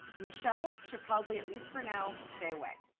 michelle should probably, at least for now, stay away.